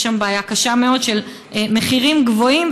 יש שם בעיה קשה מאוד של מחירים גבוהים,